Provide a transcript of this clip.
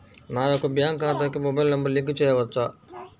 నా యొక్క బ్యాంక్ ఖాతాకి మొబైల్ నంబర్ లింక్ చేయవచ్చా?